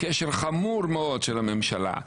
כשל חמור מאוד של הממשלה,